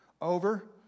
over